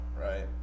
right